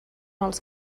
els